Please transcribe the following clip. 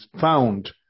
found